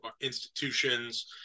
institutions